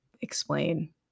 explain